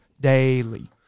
Daily